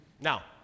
Now